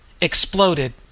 exploded